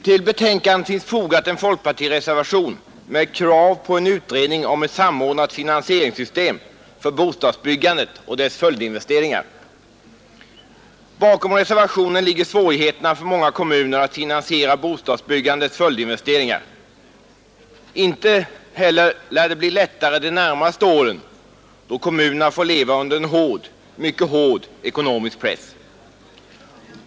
Till betänkandet finns fogad en folkpartireservation med krav på en utredning om ett samordnat finansieringssystem för bostadsbyggandet och dess följdinvesteringar. Bakom reservationen ligger svårigheterna för många kommuner att finansiera bostadsbyggandets följdinvesteringar. Inte lär det heller bli lättare de närmaste åren, då kommunerna får leva under en hård, mycket hård, ekonomisk press.